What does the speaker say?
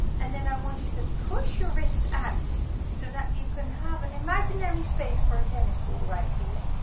and then i want you to push your wrist out so that you can have an imaginary space for a tennis ball right here,